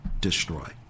destroy